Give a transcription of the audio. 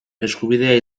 eskubidea